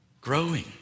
growing